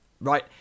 right